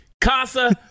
Casa